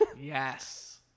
Yes